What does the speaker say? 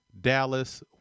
Dallas